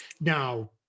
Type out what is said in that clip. now